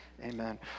Amen